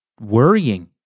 worrying